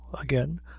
again